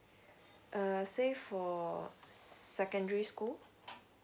err say for secondary school